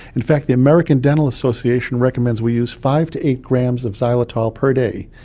in fact the american dental association recommends we use five to eight grams of xylitol per day.